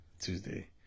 Tuesday